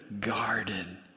garden